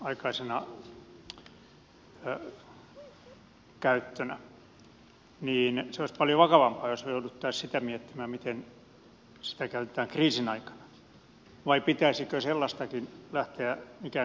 se olisi paljon vakavampaa jos me joutuisimme sitä miettimään miten sitä käytetään kriisin aikana vai pitäisikö sellaistakin lähteä ikään kuin sopimaan ja valmistelemaan